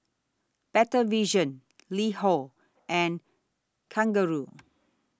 Better Vision LiHo and Kangaroo